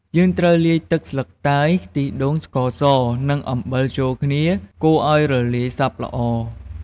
យើងត្រូវលាយទឹកស្លឹកតើយ ខ្ទិះដូង ស្ករស និងអំបិលចូលគ្នា កូរឲ្យរលាយសព្វល្អ។